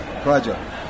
project